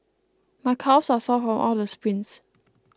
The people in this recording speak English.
my calves are sore from all the sprints